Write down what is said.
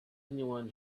anyone